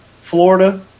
florida